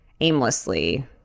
aimlessly